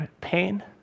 pain